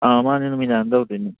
ꯑꯥ ꯃꯥꯟꯅꯦ ꯅꯨꯃꯤꯗꯥꯡꯗ ꯇꯧꯗꯣꯏꯅꯦ